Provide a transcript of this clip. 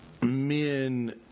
men